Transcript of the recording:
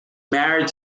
married